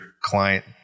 client